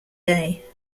day